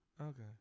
Okay